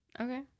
Okay